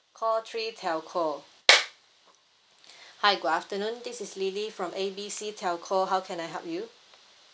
call three telco hi good afternoon this is lily from A B C telco how can I help you